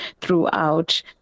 throughout